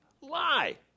lie